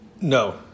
No